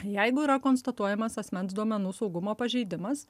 jeigu yra konstatuojamas asmens duomenų saugumo pažeidimas